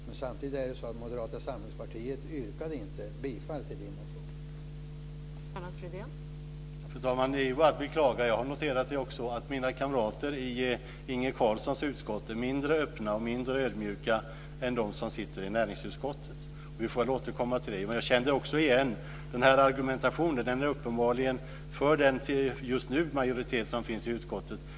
Men samtidigt är det så att Moderata samlingspartiet inte yrkade bifall till Lennart Fridéns motion.